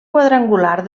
quadrangular